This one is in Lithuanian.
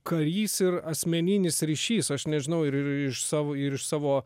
karys ir asmeninis ryšys aš nežinau ir ir iš savo ir iš savo